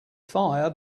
fire